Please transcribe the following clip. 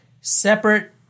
separate